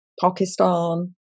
Pakistan